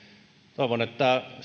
toivon että